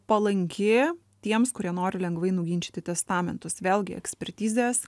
palanki tiems kurie nori lengvai nuginčyti testamentus vėlgi ekspertizės